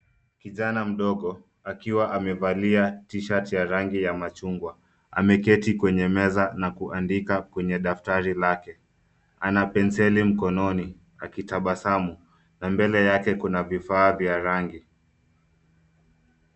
Kijana mdogo, akiwa amevalia t-shirt ya rangi ya machungwa, ameketi kwenye meza na kuandika kwenye daftari lake, ana penseli mkononi, akitabasamu, na mbele yake kuna vifaa vya rangi.